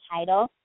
title